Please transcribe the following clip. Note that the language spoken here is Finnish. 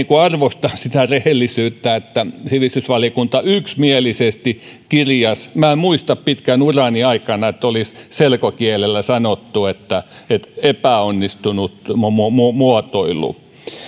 arvostan sitä rehellisyyttä että sivistysvaliokunta yksimielisesti näin kirjasi en muista pitkän urani aikana että olisi selkokielellä sanottu että epäonnistunut muotoilu